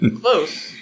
close